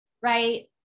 right